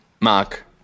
Mark